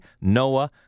Noah